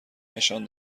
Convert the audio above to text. نشان